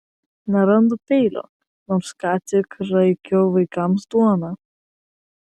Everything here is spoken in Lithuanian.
nerandu peilio nors ką tik raikiau vaikams duoną